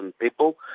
people